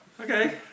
Okay